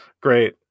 Great